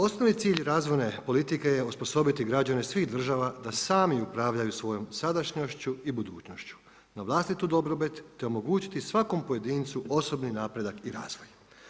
Osnovni cilj razvojne politike je osposobiti građane svih država da sami upravljaju svojoj sadašnjošću i budućnošću na vlastitu dobrobit te omogućiti svakom pojedincu osobni napredak i razvoj.